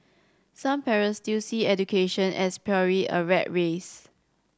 some parents still see education as purely a rat race